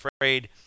afraid